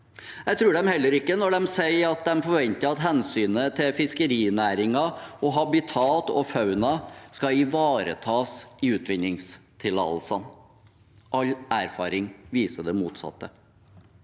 Jeg tror dem heller ikke når de sier at de forventer at hensynet til fiskerinæringen, habitat og fauna skal ivaretas i utvinningstillatelsene. All erfaring viser det motsatte.